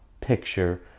picture